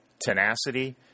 tenacity